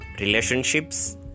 Relationships